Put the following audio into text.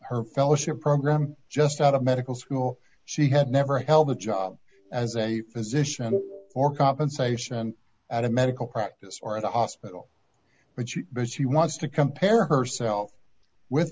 her fellowship program just out of medical school she had never held a job as a physician or compensation at a medical practice or at the hospital but you because she wants to compare herself with